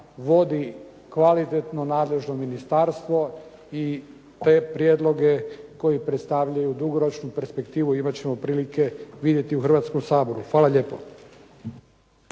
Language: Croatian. vodi kvalitetno nadležno ministarstvo i te prijedloge koji predstavljaju dugoročnu perspektivu imat ćemo prilike vidjeti u Hrvatskom saboru. Hvala lijepo.